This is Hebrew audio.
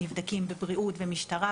נבדקים בבריאות ובמשטרה.